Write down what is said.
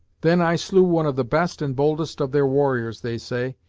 then, i slew one of the best and boldest of their warriors, they say,